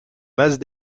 masse